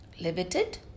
Limited